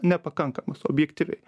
nepakankamas objektyviai